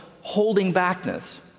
holding-backness